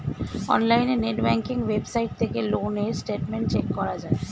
অনলাইনে net banking website থেকে loan এর স্টেটমেন্ট চেক করা যায়